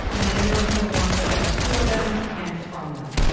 and they know you want the best for them and from them.